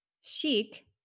chic